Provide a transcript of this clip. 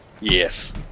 Yes